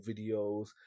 videos